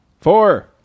Four